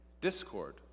discord